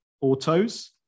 autos